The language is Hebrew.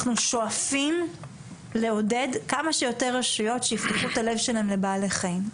אנחנו שואפים לעודד כמה שיותר רשויות שיפתחו את הלב שלהן לבעלי חיים,